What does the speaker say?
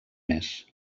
més